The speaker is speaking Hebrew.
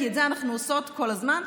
כי את זה אנחנו עושות כל הזמן.